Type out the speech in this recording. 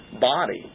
body